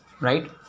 Right